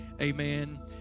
amen